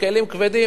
כלים כבדים,